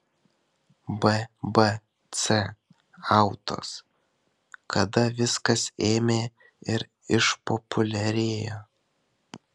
bbc autos kada viskas ėmė ir išpopuliarėjo